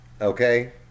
Okay